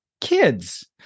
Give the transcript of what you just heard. kids